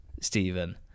Stephen